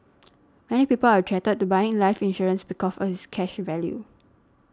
many people are attracted to buying life insurance because of its cash value